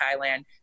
Thailand